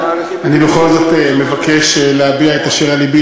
אני בכל זאת מבקש להביע את אשר על לבי,